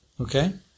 Okay